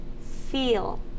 feel